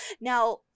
Now